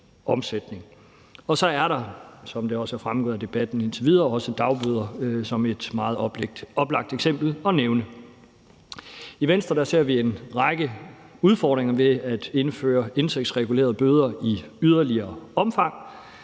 også, som det også er fremgået af debatten indtil videre, et meget oplagt eksempel at nævne. I Venstre ser vi en række udfordringer ved at indføre indtægtsregulerede bøder i yderligere omfang.